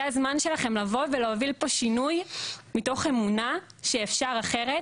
זה הזמן שלכם להוביל פה שינוי מתוך אמונה שאפשר אחרת